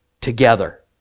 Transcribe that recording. together